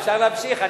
אפשר להמשיך?